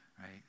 right